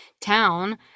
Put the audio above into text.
town